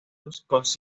proyectos